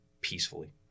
peacefully